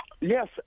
Yes